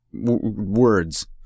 words